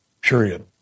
period